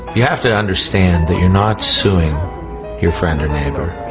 you have to understand that you're not suing your friend and neighbour.